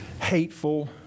hateful